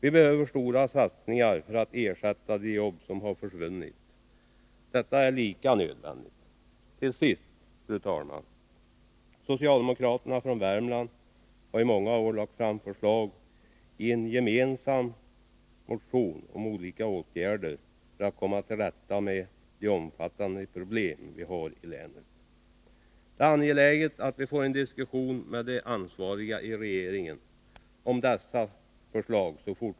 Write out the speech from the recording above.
Vi behöver stora satsningar för att ersätta de jobb som har försvunnit. Detta är lika nödvändigt. Fru talman! Till sist: Socialdemokraterna från Värmland har under många åri gemensamma motioner lagt fram förslag om olika åtgärder för att komma till rätta med de omfattande problem vi har i länet. Det är angeläget att vi så snart som möjligt får en diskussion med de ansvariga i regeringen om dessa förslag.